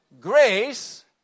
Grace